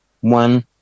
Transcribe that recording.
One